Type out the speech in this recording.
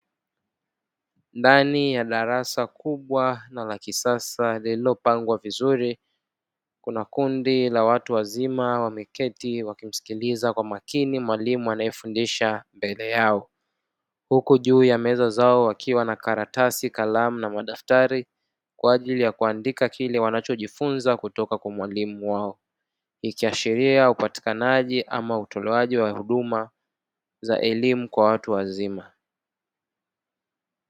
Ndani ya darasa kubwa na la kisasa lililopangwa vizuri, kuna kundi la watu wazima wameketi wakimsikiliza kwa makini mwalimu anayefundisha mbele yao, huku juu ya meza zao wakiwa na karatasi, kalamu na madaftari, kwa ajili ya kuandika kile wanachojifunza kutoka kwa mwalimu wao, ikiashiria upatikanaji ama utolewaji wa huduma za elimu kwa watu wazima.